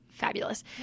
Fabulous